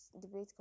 debate